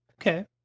Okay